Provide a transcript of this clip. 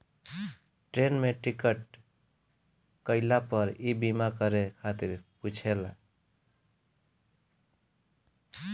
train में ticket कईला पअ इ बीमा करे खातिर पुछेला